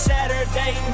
Saturday